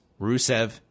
Rusev